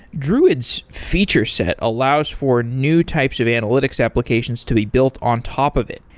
druid's feature set allows for new types of analytics applications to be built on top of it,